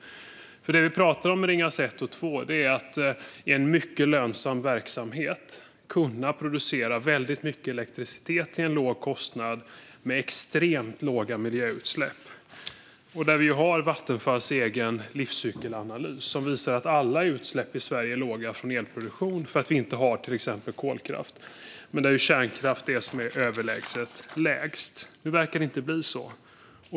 Det vi pratar om när det gäller Ringhals 1 och 2 är att i en mycket lönsam verksamhet kunna producera väldigt mycket elektricitet till en låg kostnad med extremt låga miljöutsläpp. Vattenfalls egen livscykelanalys visar att alla utsläpp från elproduktion i Sverige är låga för att vi inte har till exempel kolkraft, och utsläppen från kärnkraft är överlägset lägst. Men nu verkar det inte bli så.